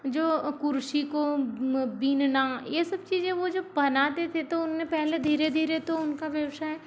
जो कुर्सी को बीनना ये सब चीजें वो जब बनाते थे तो उनने पहले धीरे धीरे तो उनका व्यवसाय